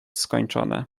skończone